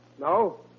No